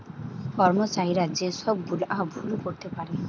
কর্মচারীরা যে সব গুলা ভুল করতে পারে